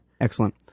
Excellent